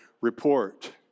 report